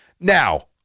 Now